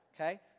Okay